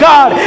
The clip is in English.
God